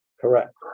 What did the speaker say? Correct